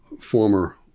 former